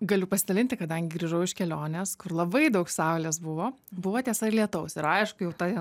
galiu pasidalinti kadangi grįžau iš kelionės kur labai daug saulės buvo buvo tiesa ir lietaus ir aišku jau ta jo